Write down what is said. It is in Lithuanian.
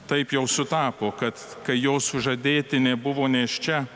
taip jau sutapo kad kai jo sužadėtinė buvo nėščia